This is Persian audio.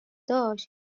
داشت